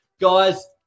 Guys